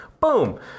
Boom